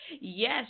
yes